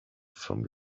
from